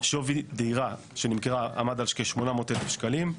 שווי דירה שנמכרה עמד על כ-800,000 שקלים.